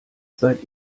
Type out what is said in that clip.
seit